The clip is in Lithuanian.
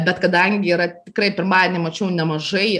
bet kadangi yra tikrai pirmadienį mačiau nemažai